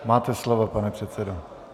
Máte slovo, pane předsedo.